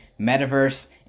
metaverse